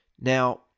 Now